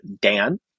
Dan